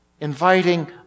inviting